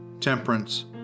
temperance